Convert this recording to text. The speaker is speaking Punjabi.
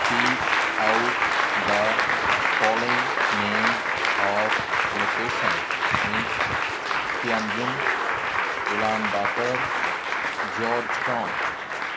speak out the following names of locations hint Tianjin Ulaanbaatar Georgetown